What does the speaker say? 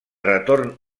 retorn